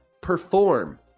perform